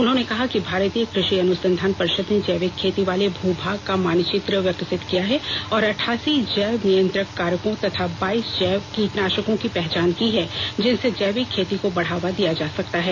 उन्होंने कहा कि भारतीय कृषि अनुसंधान परिषद ने जैविक खेती वाले भू भाग का मानचित्र विकसित किया है और अटठासी जैव नियंत्रण कारको तथा बाईस जैव कीटनाषकों की पहचान की है जिनसे जैविक खेती को बढ़ावा दिया जा सकता है